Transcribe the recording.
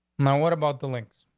now, what about the links?